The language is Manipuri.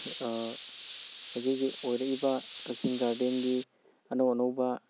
ꯍꯧꯖꯤꯛ ꯍꯧꯖꯤꯛ ꯑꯣꯏꯔꯛꯏꯕ ꯀꯛꯆꯤꯡ ꯒꯥꯔꯗꯦꯟꯒꯤ ꯑꯅꯧ ꯑꯅꯧꯕ